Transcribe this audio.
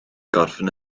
gorffen